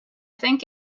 think